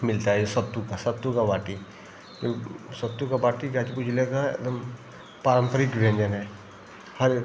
मिलती है यह सत्तू की सत्तू की बाटी क्यों सत्तू की बाटी गाज़ीपुर जिले का एकदम पारम्परिक व्यंजन है हर